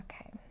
Okay